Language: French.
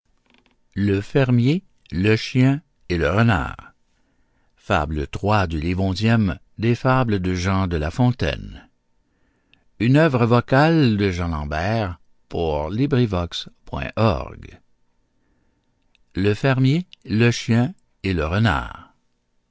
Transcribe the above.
le fermier le chien et le renard